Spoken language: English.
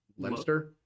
Lemster